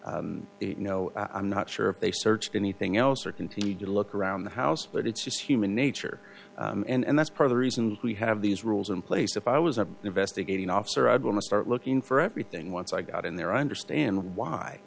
know i'm not sure if they searched anything else or continued to look around the house but it's just human nature and that's part of the reason we have these rules in place if i was an investigating officer are going to start looking for everything once i got in there i understand why